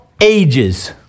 ages